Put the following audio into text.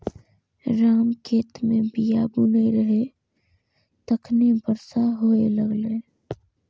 राम खेत मे बीया बुनै रहै, तखने बरसा हुअय लागलै